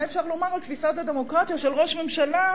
מה אפשר לומר על תפיסת הדמוקרטיה של ראש ממשלה,